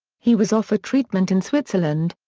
he was offered treatment in switzerland,